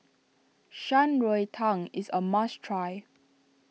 Shan Rui Tang is a must try